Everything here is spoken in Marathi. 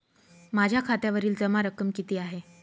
माझ्या खात्यावरील जमा रक्कम किती आहे?